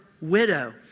Widow